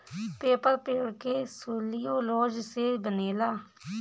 paper पेड़ के cellulose से बनेला